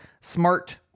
smart